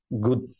good